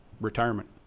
retirement